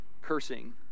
cursing